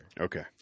Okay